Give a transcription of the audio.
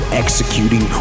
executing